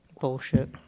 Bullshit